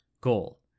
goal